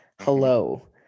hello